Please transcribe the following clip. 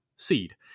seed